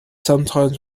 sometimes